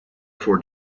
for